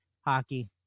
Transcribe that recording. hockey